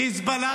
חיזבאללה.